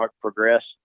progress